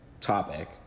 topic